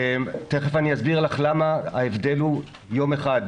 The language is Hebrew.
תיכף אני אסביר לך למה ההבדל הוא יום אחד,